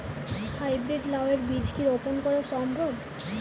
High breed লাও এর বীজ কি রোপন করা সম্ভব?